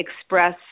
express